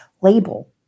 label